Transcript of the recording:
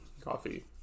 Coffee